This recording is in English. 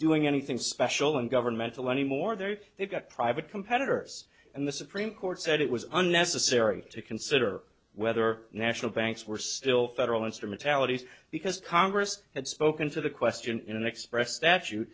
doing anything special and governmental anymore they're they've got private competitors and the supreme court said it was unnecessary to consider whether national banks were still federal instrumentalities because congress had spoken to the question in an express statute